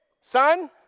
son